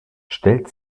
stellt